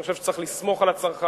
אני חושב שצריך לסמוך על הצרכן,